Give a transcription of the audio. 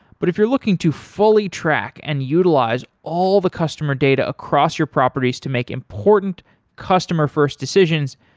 but if you're looking to fully track and utilize all the customer data across your properties to make important customer-first decisions,